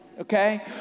okay